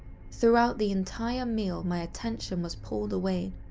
throughout the entire meal my attention was pulled away,